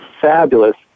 fabulous